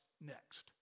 next